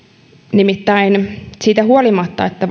nimittäin siitä huolimatta että